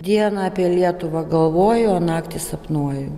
dieną apie lietuvą galvoju o naktį sapnuoju